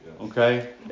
Okay